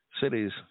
cities